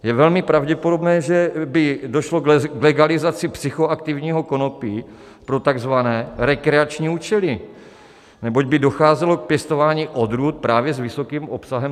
Je velmi pravděpodobné, že by došlo k legalizaci psychoaktivního konopí pro takzvané rekreační účely, neboť by docházelo k pěstování odrůd právě s vysokým obsahem THC.